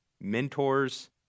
mentors